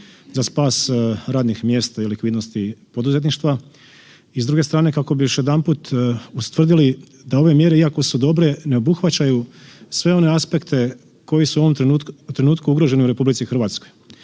za spas radnih mjesta i likvidnosti poduzetništva. I s druge strane kako bi još jedanput ustvrdili, da ove mjere, iako su dobre, ne obuhvaćaju sve one aspekte koji su u ovom trenutku ugrožene u RH. Bilo da se